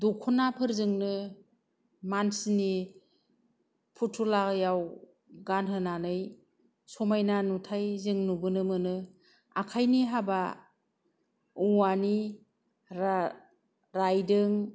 दख'नाफोरजोंनो मानसिनि फुथुलायाव गानहोनानै समायना नुथाइ जों नुबोनो मोनो आखाइनि हाबा औवानि रायदों